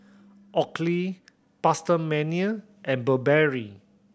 Oakley PastaMania and Burberry